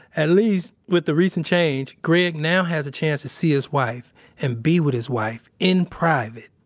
at least, with the recent change, greg now has a chance to see his wife and be with his wife in private.